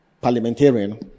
parliamentarian